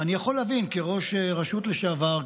אני יכול להבין כראש רשות לשעבר,